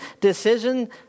decision